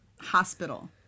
hospital